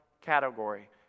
category